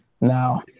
now